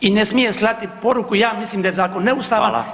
I ne smije slati poruku, ja mislim da je zakon neustavan